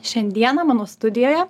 šiandieną mano studijoje